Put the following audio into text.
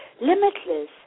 limitless